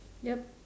yup